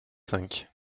cinq